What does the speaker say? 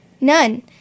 None